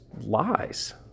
lies